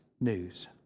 news